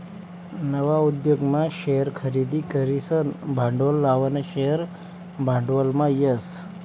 नवा उद्योगमा शेअर खरेदी करीसन भांडवल लावानं शेअर भांडवलमा येस